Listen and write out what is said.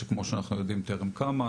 שכמו שאנחנו יודעים טרם קמה.